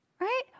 right